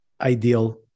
ideal